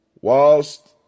whilst